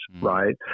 right